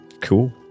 cool